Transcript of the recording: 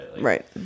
right